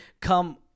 come